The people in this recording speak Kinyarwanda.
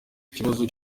ikibazo